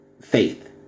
Faith